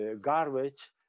Garbage